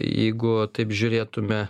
jeigu taip žiūrėtume